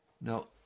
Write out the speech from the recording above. now